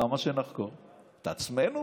למה שנחקור את עצמנו?